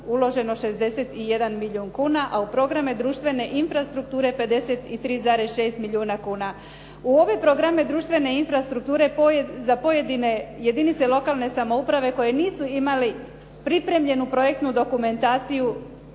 uloženo 61 milijun kuna, a u programe društvene infrastrukture 53,6 milijuna kuna. U ove programe društvene infrastrukture za pojedine jedinice lokalne samouprave koji nisu imali pripremljenu projektnu dokumentaciju